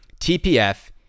TPF